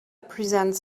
presents